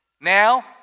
Now